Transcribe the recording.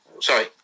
sorry